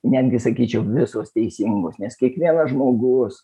netgi sakyčiau visos teisingos nes kiekvienas žmogus